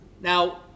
Now